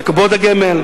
בקופות הגמל,